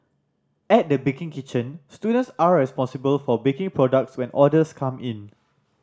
at the baking kitchen students are responsible for baking products when orders come in